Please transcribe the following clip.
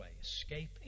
escaping